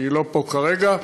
שאיננה פה כרגע,